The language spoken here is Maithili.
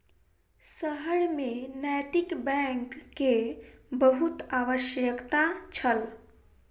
शहर में नैतिक बैंक के बहुत आवश्यकता छल